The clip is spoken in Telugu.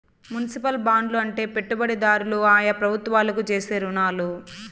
మునిసిపల్ బాండ్లు అంటే పెట్టుబడిదారులు ఆయా ప్రభుత్వాలకు చేసే రుణాలు